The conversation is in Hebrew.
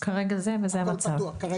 כרגע זה וזה המצב.